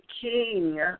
king